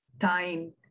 time